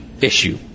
issue